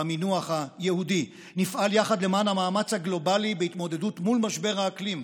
במינוח היהודי: נפעל יחד למען המאמץ הגלובלי בהתמודדות מול משבר האקלים.